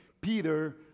Peter